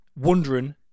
wondering